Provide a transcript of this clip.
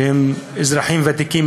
שהם אזרחים ותיקים,